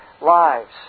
lives